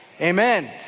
amen